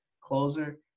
closer